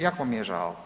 Jako mi je žao.